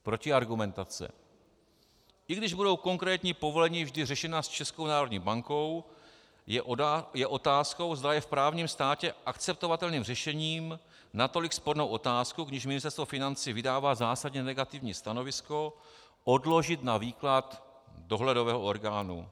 Protiargumentace: I když budou konkrétní povolení vždy řešena s Českou národní bankou, je otázkou, zda je v právním státě akceptovatelným řešením natolik spornou otázku, když Ministerstvo financí vydává zásadně negativní stanovisko, odložit na výklad dohledového orgánu.